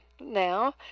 Now